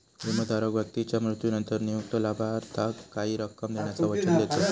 विमोधारक व्यक्तीच्या मृत्यूनंतर नियुक्त लाभार्थाक काही रक्कम देण्याचा वचन देतत